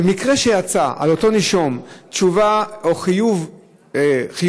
במקרה שיצאו לאותו נישום תשובה או חיוב חיובי,